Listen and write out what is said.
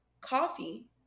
coffee